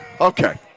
Okay